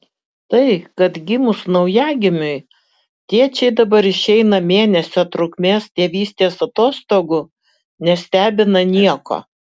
tai kad gimus naujagimiui tėčiai dabar išeina mėnesio trukmės tėvystės atostogų nestebina nieko